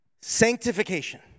Sanctification